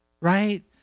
right